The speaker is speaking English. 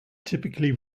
typically